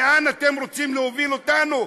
לאן אתם רוצים להוביל אותנו.